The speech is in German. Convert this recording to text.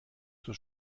zur